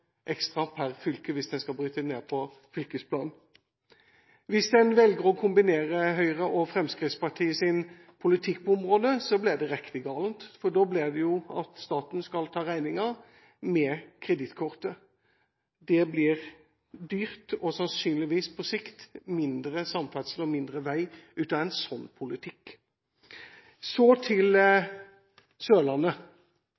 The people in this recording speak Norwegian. ekstra per fylke hvis en skal bryte det ned på fylkesplan. Hvis en velger å kombinere Høyres og Fremskrittspartiets politikk på området, blir det riktig galt, for da blir det jo til at staten skal ta regningen med kredittkortet. Det blir dyrt, og sannsynligvis på sikt mindre samferdsel og mindre vei ut av en sånn politikk. Så til